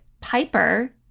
Piper